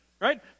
Right